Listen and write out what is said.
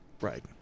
Right